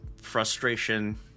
frustration